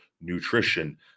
nutrition